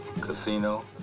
casino